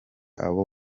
abo